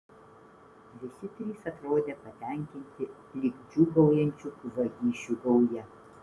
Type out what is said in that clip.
visi trys atrodė patenkinti lyg džiūgaujančių vagišių gauja